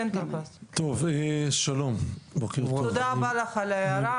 תודה רבה לךְ על ההערה,